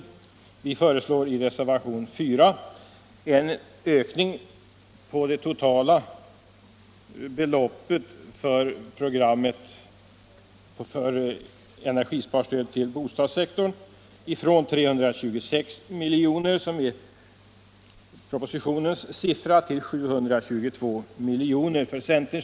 Centerpartiets utskottsledamöter föreslår i reservationen 4 en ökning av det totala beloppet till programmet för energisparstöd till bostadssektorn från 326 milj.kr., som är propositionens förslag, till 722 milj.kr.